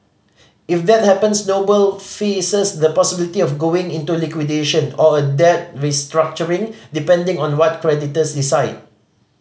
if that happens Noble faces the possibility of going into liquidation or a debt restructuring depending on what creditors decide